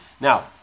Now